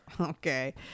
Okay